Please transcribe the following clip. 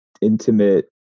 intimate